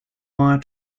wire